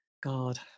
God